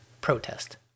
protest